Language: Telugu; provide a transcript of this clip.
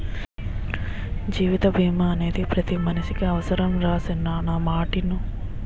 జీవిత బీమా అనేది పతి మనిసికి అవుసరంరా సిన్నా నా మాటిను